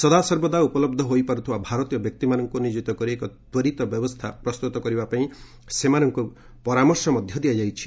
ସଦାସର୍ବଦା ଉପଲବ୍ଧ ହୋଇପାରୁଥିବା ଭାରତୀୟ ବ୍ୟକ୍ତିମାନଙ୍କୁ ନିୟୋକିତ କରି ଏକ ତ୍ୱରିତ ବ୍ୟବସ୍ଥା ପ୍ରସ୍ତୁତ କରିବା ପାଇଁ ସେମାନଙ୍କୁ ପରାମର୍ଶ ମଧ୍ୟ ଦିଆଯାଇଛି